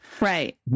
right